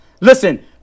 listen